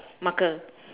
marker